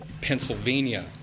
Pennsylvania